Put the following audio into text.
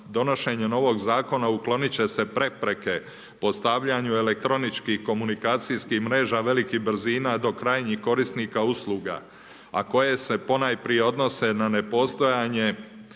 donošenjem ovog zakona uklonit će se prepreke postavljanju elektroničkih komunikacijskih mreža velikih brzina do krajnjih korisnika usluga, a koje se ponajprije odnose na nepostojanje